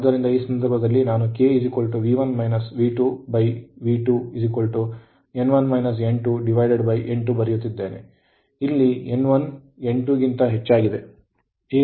ಆದ್ದರಿಂದ ಈ ಸಂದರ್ಭದಲ್ಲಿ ನಾನು K V2 N2 ಬರೆಯುತ್ತಿದ್ದೇನೆ ಇಲ್ಲಿ N1 N2 ಗಿಂತ ಹೆಚ್ಚಾಗಿದೆ